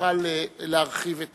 יוכל להרחיב את